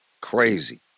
crazy